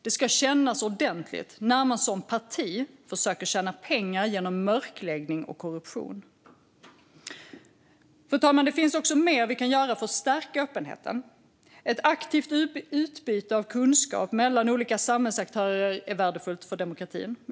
Det ska kännas ordentligt när man som parti försöker tjäna pengar genom mörkläggning och korruption. Fru talman! Det finns också mer vi kan göra för att stärka öppenheten. Ett aktivt utbyte av kunskap mellan olika samhällsaktörer är värdefullt för demokratin.